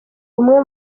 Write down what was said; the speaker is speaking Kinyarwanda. umwe